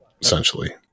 essentially